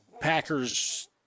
Packers